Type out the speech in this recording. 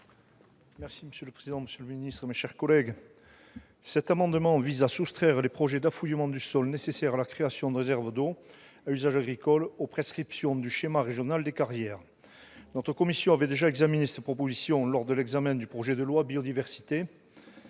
territoire et du développement durable ? Cet amendement vise à soustraire les projets d'affouillements du sol nécessaires à la création de réserves d'eau à usage agricole aux prescriptions du schéma régional des carrières. Notre commission avait déjà examiné une telle proposition lors de l'examen du projet de loi pour